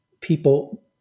people